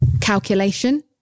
calculation